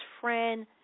friend